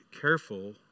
careful